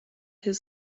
his